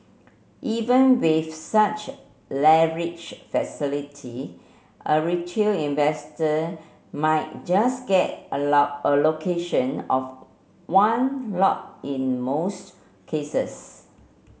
even with such leverage facility a retail investor might just get allow allocation of one lot in most cases